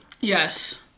yes